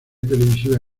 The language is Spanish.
televisiva